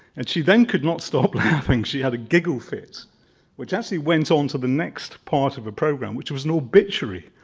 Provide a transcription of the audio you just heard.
and she then could not stop laughing. she had a giggle fit which actually went on to the next part of the program which was an obituary.